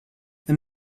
and